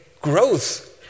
growth